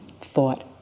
thought